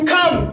Come